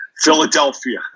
Philadelphia